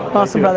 awesome, but